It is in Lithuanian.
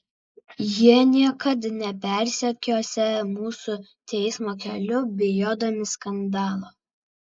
jie niekad nepersekiosią mūsų teismo keliu bijodami skandalo